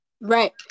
Right